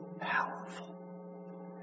powerful